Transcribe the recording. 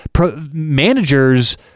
managers